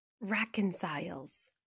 reconciles